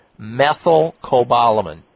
Methylcobalamin